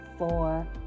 four